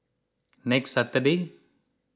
next Saturday